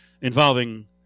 involving